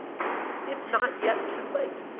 it's not yet too late.